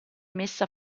messa